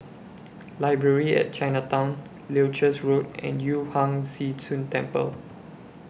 Library At Chinatown Leuchars Road and Yu Huang Zhi Zun Temple